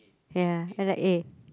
ya I like eh